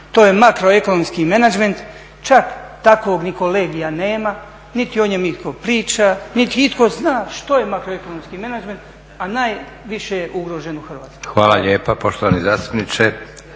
to je makroekonomski menadžment. Čak takvog ni kolegija nema, niti o njem itko priča, niti itko zna što je makroekonomski menadžment, a najviše je ugrožen u Hrvatskoj. **Leko, Josip (SDP)** Hvala lijepa poštovani zastupniče.